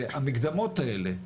המקדמות האלה,